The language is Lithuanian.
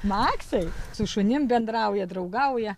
maksai su šunim bendrauja draugauja